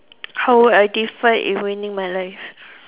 how would I define in winning my life